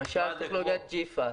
למשל טכנולוגיית ג'י-דוט-פאסט.